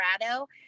Colorado